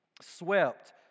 swept